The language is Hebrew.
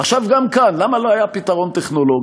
עכשיו גם כאן, למה לא היה פתרון טכנולוגי,